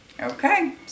Okay